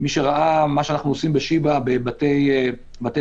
מי שראה מה אנחנו עושים בשיבא בשני בתי ספר